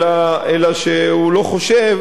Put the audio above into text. אלא שהוא לא חושב